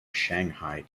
shanghai